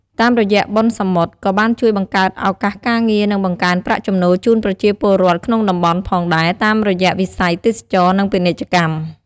តាមរយៈបុណ្យសមុទ្យ ក៏បានជួយបង្កើតឱកាសការងារ និងបង្កើនប្រាក់ចំណូលជូនប្រជាពលរដ្ឋក្នុងតំបន់ផងដែរតាមរយៈវិស័យទេសចរណ៍ និងពាណិជ្ជកម្ម។